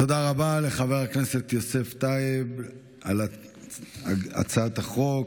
תודה רבה לחבר הכנסת יוסף טייב על הצעת החוק.